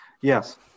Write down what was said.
Yes